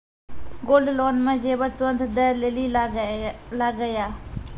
Gold loan मे जेबर तुरंत दै लेली लागेया?